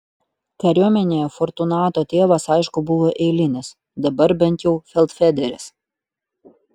kariuomenėje fortunato tėvas aišku buvo eilinis dabar bent jau feldfebelis